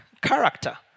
character